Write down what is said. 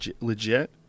legit